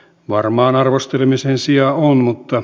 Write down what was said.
varmaan arvostelemisen sijaa on